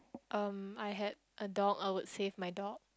um I had a dog I would save my dog